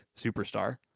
superstar